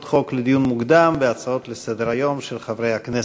חוק לדיון מוקדם והצעות לסדר-היום של חברי הכנסת.